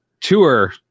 tour